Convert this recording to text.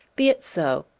be it so.